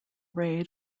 raid